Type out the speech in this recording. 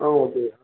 okay